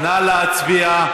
נא להצביע.